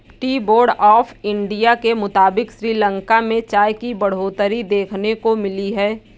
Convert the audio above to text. T board of India के मुताबिक़ श्रीलंका में चाय की बढ़ोतरी देखने को मिली है